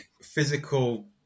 physical